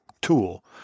tool